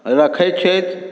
रखै छथि